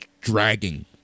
dragging